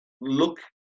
look